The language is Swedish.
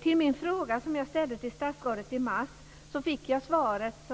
Till min fråga jag ställde till statsrådet i mars fick jag svaret